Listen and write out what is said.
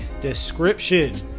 description